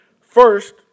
First